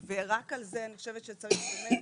ורק על זה אני חושבת שצריך באמת,